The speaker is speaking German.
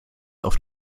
auf